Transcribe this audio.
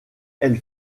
elle